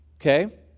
okay